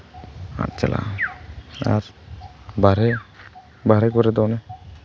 ᱟᱫ ᱪᱟᱞᱟᱜᱼᱟ ᱟᱨ ᱵᱟᱦᱨᱮ ᱵᱟᱦᱨᱮ ᱠᱚᱨᱮ ᱫᱚ ᱚᱱᱮ